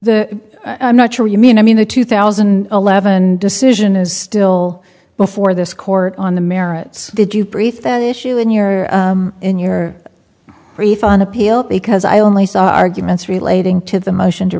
the i'm not sure you mean i mean the two thousand and eleven decision is still before this court on the merits did you brief that issue in your or in your refund appeal because i only saw arguments relating to the motion to